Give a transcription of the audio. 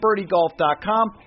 birdiegolf.com